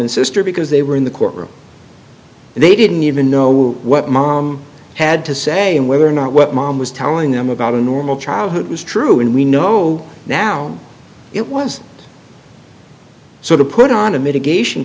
and sister because they were in the courtroom they didn't even know what mom had to say and whether or not what mom was telling them about a normal childhood was true and we know now it was sort of put on a mitigation